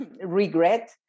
regret